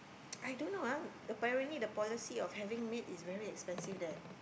I don't know ah apparently the policy of having a maid is very expensive there